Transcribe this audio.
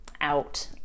out